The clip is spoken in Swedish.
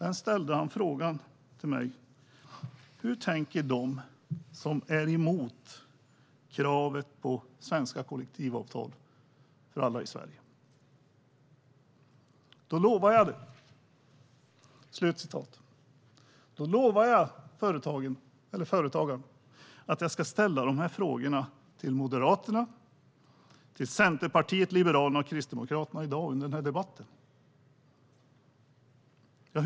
Företagaren undrade sedan hur de tänker som är emot kravet på svenska kollektivavtal för alla i Sverige. Jag lovade företagaren att ställa frågorna till Moderaterna, Centerpartiet, Liberalerna och Kristdemokraterna under debatten i dag.